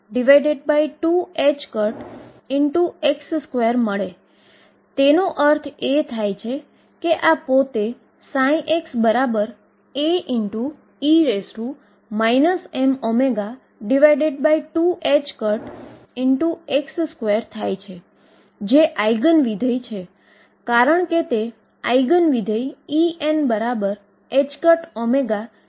તેથી જ્યાં પણ પાર્ટીકલ મળવાનું નથી તો તેનો અર્થ એ થાય કે સામાન્ય રીતે શુન્ય થશે જ્યારે x ની લીમીટ ±∞ હશે અથવા જો ભૌતિક પરિસ્થિતિ જોઈએ તો જો પાર્ટીકલ બધી જ જગ્યાએ જોવા ના મળે તો દુર થતુ જણાય છે